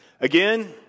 Again